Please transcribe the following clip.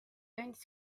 andis